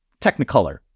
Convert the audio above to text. technicolor